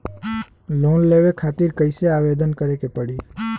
Loan लेवे खातिर कइसे आवेदन करें के पड़ी?